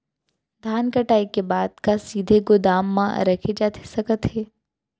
धान कटाई के बाद का सीधे गोदाम मा रखे जाथे सकत हे?